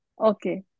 Okay